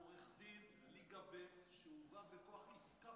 הוא עורך דין ליגה ב' שהובא מכוח עסקה